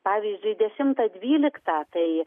pavyzdžiui dešimtą dvyliktą tai